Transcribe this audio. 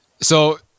So-